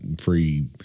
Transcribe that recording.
free